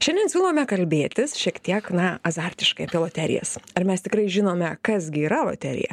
šiandien siūlome kalbėtis šiek tiek na azartiškai loterijas ar mes tikrai žinome kas gi yra loterija